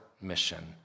mission